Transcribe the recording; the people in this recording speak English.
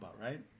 right